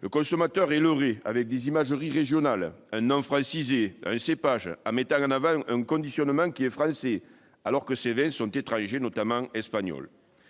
Le consommateur est leurré avec des imageries régionales, un nom francisé, un cépage, mettant en avant le conditionnement français, alors que ces vins sont étrangers, notamment espagnols.